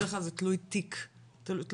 בד"כ זה תלוי תיק משפטי.